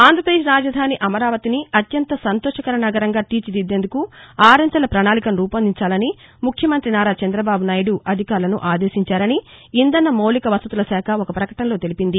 ఆంధ్రపదేశ్ రాజధాని అమరావతిని అత్యంత సంతోషకర నగరంగా తీర్చిదిద్లేందుకు ఆరంచెల ప్రణాళికను రూపొందించాలని ముఖ్యమంత్రి నారా చంద్రబాబు నాయుడు అధికారులను ఆదేశించారని ఇంధన మౌలిక వసతుల శాఖ ఒక ప్రకటనలో తెలిపింది